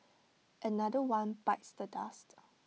another one bites the dust